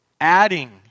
adding